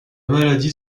maladie